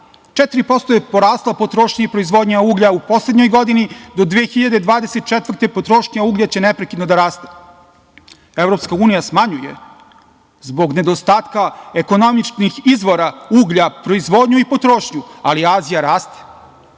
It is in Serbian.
4% je porasla potrošnja i proizvodnja uglja u poslednjoj godini, do 2024. godine potrošnja uglja će neprekidno da raste. Evropska unija smanjuje zbog nedostatka ekonomičnih izvora uglja proizvodnju i potrošnju, ali Azija raste.